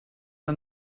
are